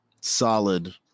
Solid